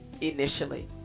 initially